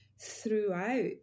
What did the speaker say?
throughout